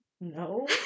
no